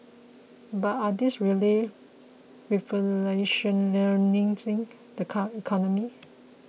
but are these really revolutionising the economy